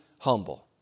humble